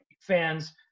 fans